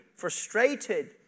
frustrated